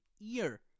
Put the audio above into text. ear